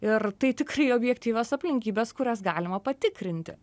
ir tai tikrai objektyvios aplinkybės kurias galima patikrinti